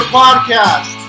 podcast